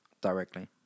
directly